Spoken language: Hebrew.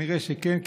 כנראה שכן,